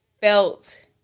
felt